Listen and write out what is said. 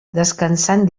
descansant